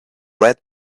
red